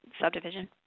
subdivision